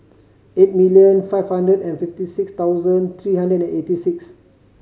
eight million five hundred and fifty six thousand three hundred eighty six